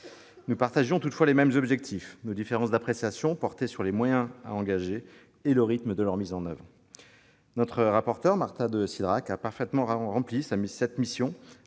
Nous partagions toutefois les mêmes objectifs, nos différences d'appréciation portant sur les moyens à engager et le rythme de leur mise en oeuvre. Notre rapporteure, Marta de Cidrac, a parfaitement rempli sa mission